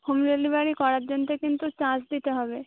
home delivery করার জন্যে কিন্তু চার্জ দিতে হবে